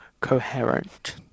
coherent